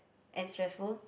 and stressful